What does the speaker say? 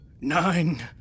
Nine